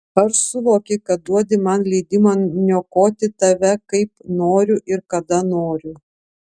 ar suvoki kad duodi man leidimą niokoti tave kaip noriu ir kada noriu